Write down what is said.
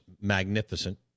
magnificent